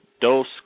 dose